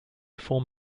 form